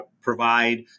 provide